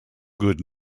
good